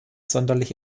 sonderlich